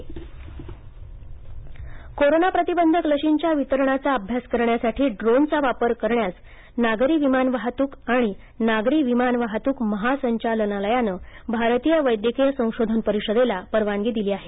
drone corona प्रतिबंधक लशींच्या वितरणाचा अभ्यास करण्यासाठी ड्रोनचा वापर करण्यास नागरी विमान वाहतूक आणि नागरी विमान वाहतूक महासंघालनालयानं भारतीय वैद्यकीय संशोधन परिषदेला परवानगी दिली आहे